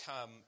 come